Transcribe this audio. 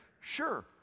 Sure